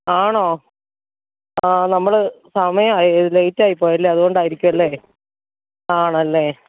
ആണോ ആ നമ്മൾ സമയം ആയി ലേറ്റ് ആയി പോയി അല്ലേ അതുകൊണ്ട് ആയിരിക്കും അല്ലേ ആണല്ലേ